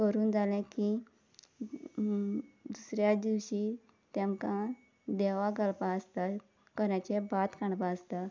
करून जालें की दुसऱ्या दिसा तांकां देवा घालपा आसता कऱ्याचें भात कांडपा आसता